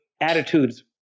attitudes